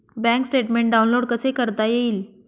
Bank statement download कसे करता येईल?